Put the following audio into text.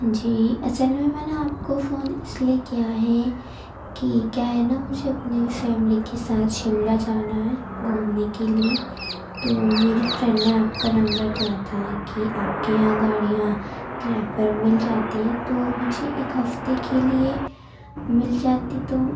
جی اصل میں میں نے آپ کو فون اِس لیے کیا ہے کہ کیا ہے نا مجھے اپنی فیملی کے ساتھ شملہ جانا ہے گھومنے کے لیے تو میری فرینڈ نے آپ کا نمبر دیا تھا کہ آپ کے یہاں گاڑیاں کرایے پر مل جاتی ہیں تو مجھے ایک ہفتے کے لیے مل جاتی تو